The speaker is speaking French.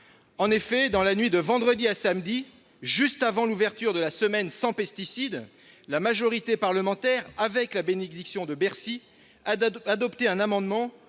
En effet, dans la nuit de vendredi à samedi, juste avant l'ouverture de la semaine sans pesticide, la majorité parlementaire, avec la bénédiction de Bercy, a adopté un amendement